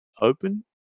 open